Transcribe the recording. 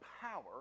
power